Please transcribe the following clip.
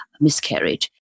miscarriage